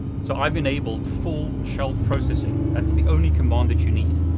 so i've enabled full shell processing. that's the only command that you need.